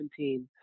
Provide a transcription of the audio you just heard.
2017